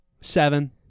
Seven